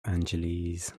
angeles